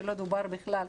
לא דובר בכלל,